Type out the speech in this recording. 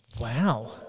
Wow